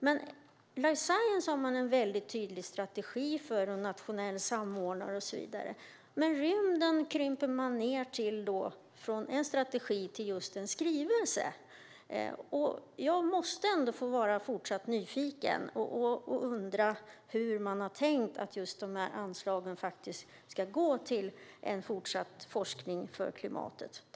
För life science har man en väldigt tydlig strategi, en nationell samordnare och så vidare. Men för rymden krymper man ned från en strategi till just en skrivelse. Jag måste ändå få vara fortsatt nyfiken och undra hur man har tänkt att anslagen ska gå till en fortsatt forskning för klimatet.